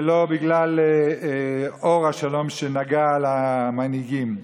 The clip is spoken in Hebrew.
ולא בגלל אור השלום שנגע למנהיגים.